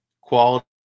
quality